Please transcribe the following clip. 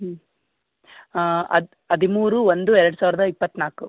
ಹ್ಞೂ ಹದಿಮೂರು ಒಂದು ಎರಡು ಸಾವಿರದ ಇಪ್ಪತ್ತನಾಲ್ಕು